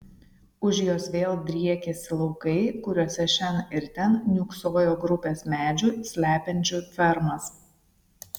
už jos vėl driekėsi laukai kuriuose šen ir ten niūksojo grupės medžių slepiančių fermas